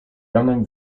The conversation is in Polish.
ranem